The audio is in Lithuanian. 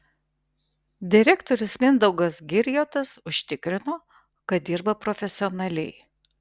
direktorius mindaugas girjotas užtikrino kad dirba profesionaliai